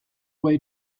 way